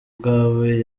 bwawe